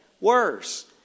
worse